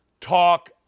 talk